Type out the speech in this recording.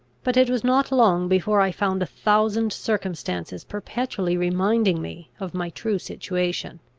but it was not long before i found a thousand circumstances perpetually reminding me of my true situation.